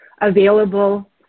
available